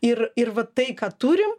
ir ir va tai ką turim